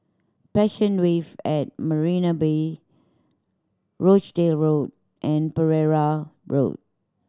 Passion Wave at Marina Bay Rochdale Road and Pereira Road